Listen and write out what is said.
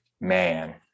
Man